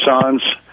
sons